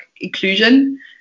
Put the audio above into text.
inclusion